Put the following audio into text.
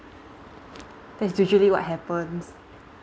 that's usually what happens